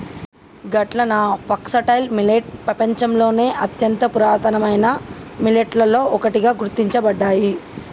గట్లన foxtail millet పెపంచంలోని అత్యంత పురాతనమైన మిల్లెట్లలో ఒకటిగా గుర్తించబడ్డాయి